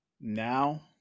now